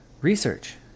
research